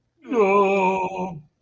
No